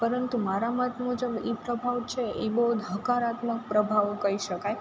પરંતુ મારા મત મુજબ એ પ્રભાવ છે એ બહુ હકારાત્મક પ્રભાવ કહી શકાય